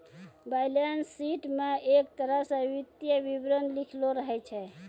balance sheet म एक तरह स वित्तीय विवरण लिखलो रहै छै